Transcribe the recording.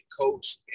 coach